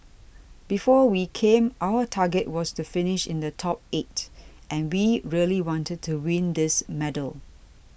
before we came our target was to finish in the top eight and we really wanted to win this medal